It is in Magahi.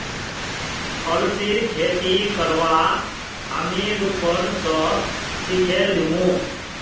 अलसीर खेती करवा हामी रूपन स सिखे लीमु